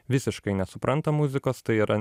visiškai nesupranta muzikos tai yra